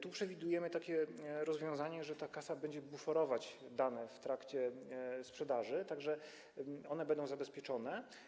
Tu przewidujemy takie rozwiązanie, że ta kasa będzie buforować dane w trakcie sprzedaży, one będą zabezpieczone.